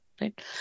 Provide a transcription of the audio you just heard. right